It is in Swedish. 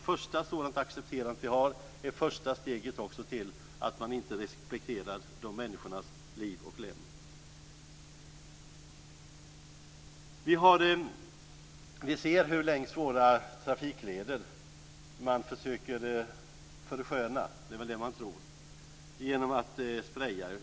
Första gången vi accepterar något sådant tar vi också det första steget mot att inte respektera dessa människors liv och lem. Vi ser hur man längs våra trafikleder försöker försköna - det är väl det man tror - genom att spreja.